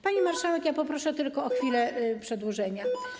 Pani marszałek, poproszę tylko o chwilę przedłużenia.